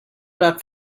that